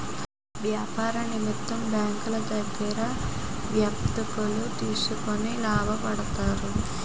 వ్యాపార నిమిత్తం బ్యాంకులో దగ్గర వర్తకులు తీసుకొని లాభపడతారు